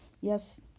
Yes